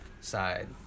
side